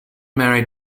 married